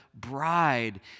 bride